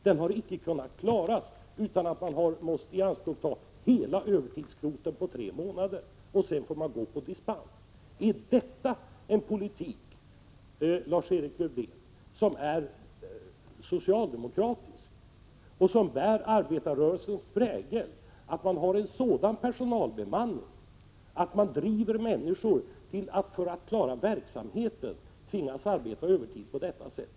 Den har icke kunnat klaras utan att man har måst ianspråkta hela övertidskvoten på tre månader, och sedan får man gå på dispens. Är det, Lars-Erik Lövdén, en politik som bär arbetarrörelsens prägel, att ha en sådan personalbemanning att människor för att klara verksamheten tvingas arbeta övertid på detta sätt?